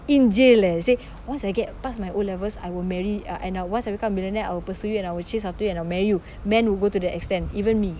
in jail eh say once I get past my O levels I will marry uh and I'll once I become a millionaire I will pursue you and I will chase after you and I'll marry you men will go to that extend even me